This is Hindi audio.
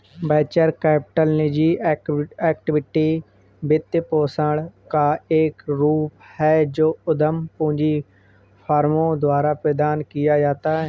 वेंचर कैपिटल निजी इक्विटी वित्तपोषण का एक रूप है जो उद्यम पूंजी फर्मों द्वारा प्रदान किया जाता है